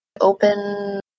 Open